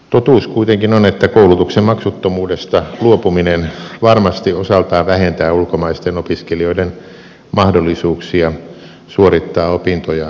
totuus kuitenkin on että koulutuksen maksuttomuudesta luopuminen varmasti osaltaan vähentää ulkomaisten opiskelijoiden mahdollisuuksia suorittaa opintojaan suomessa